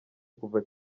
kuva